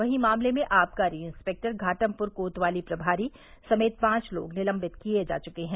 वही मामले में आबकारी इंस्पेक्टर घाटमपुर कोतवाली प्रभारी समेत पांच लोग निलंबित किये जा चुके है